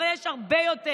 אבל יש הרבה יותר,